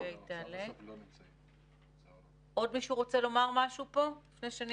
עוד מישהו רוצה לומר משהו פה לפני שאני